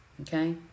okay